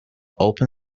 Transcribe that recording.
open